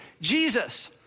Jesus